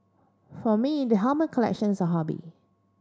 for me the helmet collection is a hobby